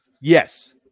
Yes